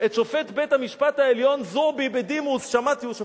את שופט בית-המשפט העליון זועבי, בדימוס.